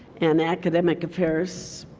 and academic affairs